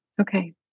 Okay